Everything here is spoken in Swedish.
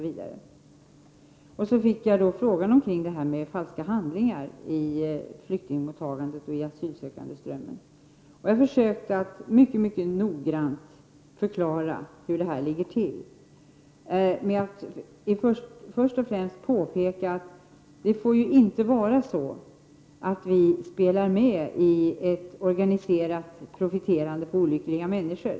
Man frågade mig om falska handlingar i asylsökandeströmmen. Jag försökte mycket noggrant förklara hur det ligger till. Först och främst vill jag påpeka att vi inte får spela med i ett organiserat profiterande på olyckliga människor.